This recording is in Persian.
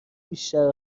بیشتر